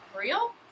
real